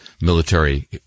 military